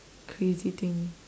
crazy thing